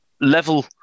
level